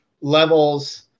levels